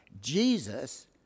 Jesus